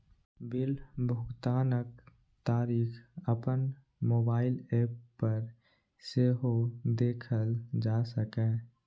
bill भुगतानक तारीख अपन मोबाइल एप पर सेहो देखल जा सकैए